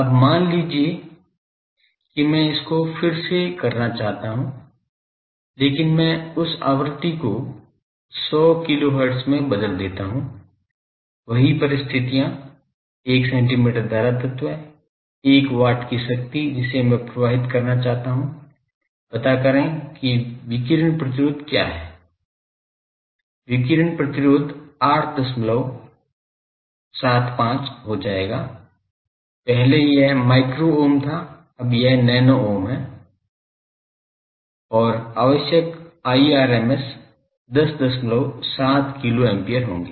अब मान लीजिए कि मैं इसको फिर से करना चाहता हूं लेकिन मैं उस आवृत्ति को 100 किलोहर्ट्ज़ में बदल देता हूं वही परिस्थितियों एक सेंटीमीटर धारा तत्व 1 watt की शक्ति जिसे मैं प्रसारित करना चाहता हूं पता करें कि विकिरण प्रतिरोध क्या है विकिरण प्रतिरोध 875 हो जाएगा पहले यह माइक्रो ओम था अब यह नैनो ओम है और आवश्यक Irms 107 किलो एम्पीयर होंगे